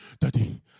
Daddy